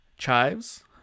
chives